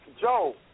Joe